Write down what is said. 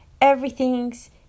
everything's